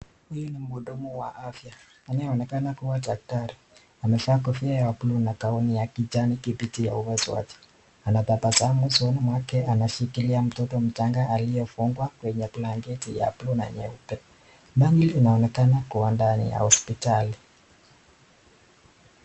Huyu ni mhudumu wa afya anayeonekana kuwa daktari, amevaa kofia ya buluu na gauni ya kijani kibichi ya upasuaji, anatabasamu usoni mwake anashikilia mtoto mchanga aliyefungwa kwenye blanketi ya buluu na nyeupe, mandhari inaonekana kuwa ndani ya hosiptali.